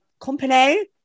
Company